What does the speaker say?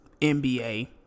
NBA